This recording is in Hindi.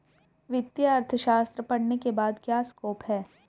वित्तीय अर्थशास्त्र पढ़ने के बाद क्या स्कोप है?